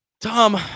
Tom